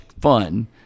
fun